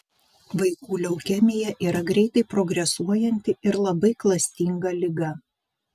vaikų leukemija yra greitai progresuojanti ir labai klastinga liga